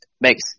makes